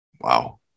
Wow